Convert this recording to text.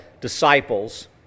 disciples